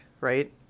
right